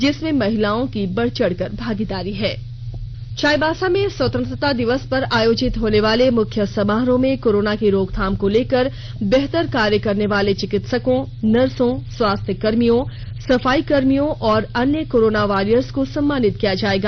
इसमें महिलाओं की बढ़ चढ़ कर भागीदारी चाईबासा में स्वतंत्रता दिवस पर आयोजित होनेवाले मुख्य समारोह में कोरोना की रोकथाम को लेकर बेहतर कार्य करने वाले चिकित्सकों नर्सो स्वास्थ्यकर्मियों सफाईकर्मियों और अन्य कोरोना वॉरियर्स को सम्मानित किया जाएगा